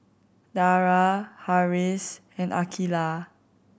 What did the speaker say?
Dara Harris and Aqilah